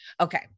Okay